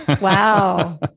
Wow